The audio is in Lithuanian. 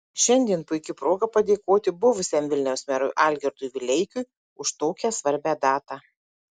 šiandien puiki proga padėkoti buvusiam vilniaus merui algirdui vileikiui už tokią svarbią datą